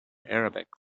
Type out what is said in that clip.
arabic